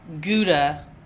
Gouda